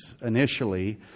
initially